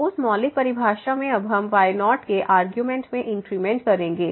तो उस मौलिक परिभाषा में अब हम y0 के आर्गुमेंट में इंक्रीमेंट करेंगे